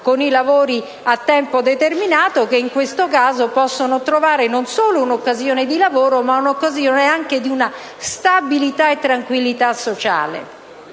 con un lavoro a tempo determinato. In questo caso si offre loro non solo un'occasione di lavoro, ma anche stabilità e tranquillità sociale.